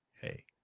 hey